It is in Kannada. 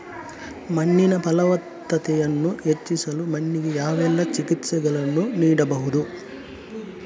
ಮಣ್ಣಿನ ಫಲವತ್ತತೆಯನ್ನು ಹೆಚ್ಚಿಸಲು ಮಣ್ಣಿಗೆ ಯಾವೆಲ್ಲಾ ಚಿಕಿತ್ಸೆಗಳನ್ನು ನೀಡಬಹುದು?